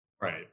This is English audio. Right